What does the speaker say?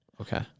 okay